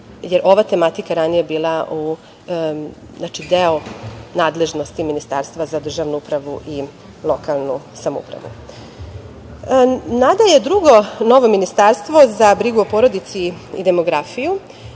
ova tematika je ranije bila deo nadležnosti Ministarstva za državnu upravu i lokalnu samoupravu. Nada je drugo novo ministarstvo za brigu o porodici i demografiju.